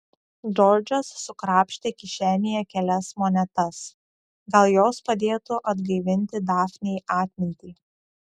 džordžas sukrapštė kišenėje kelias monetas gal jos padėtų atgaivinti dafnei atmintį